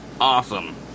awesome